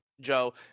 Joe